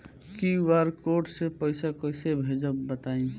QR code से पईसा कईसे भेजब बताई?